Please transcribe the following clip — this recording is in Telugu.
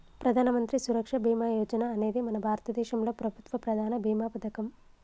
ప్రధానమంత్రి సురక్ష బీమా యోజన అనేది మన భారతదేశంలో ప్రభుత్వ ప్రధాన భీమా పథకం